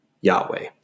Yahweh